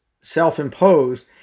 self-imposed